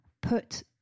put